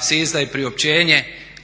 se izdaje priopćenje